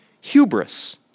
hubris